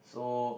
so